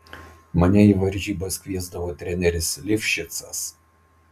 mane į varžybas kviesdavo treneris livšicas